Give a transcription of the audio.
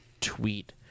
tweet